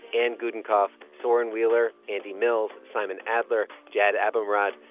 anne gudenkauf, soren wheeler, andy mills, simon adler, jad abumrad,